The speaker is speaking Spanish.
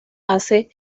hace